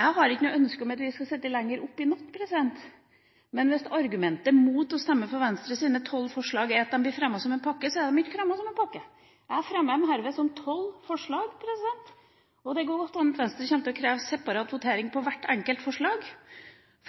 Jeg har ikke noe ønske om at vi skal sitte lenger oppe i natt, men hvis argumentet mot å stemme for Venstres tolv forslag er at de blir fremmet som en pakke, så er de ikke fremmet som en pakke. Jeg fremmer dem herved som tolv forslag, og det kan godt hende at Venstre kommer til å kreve separat votering på hvert enkelt forslag,